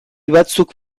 batzuk